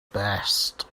best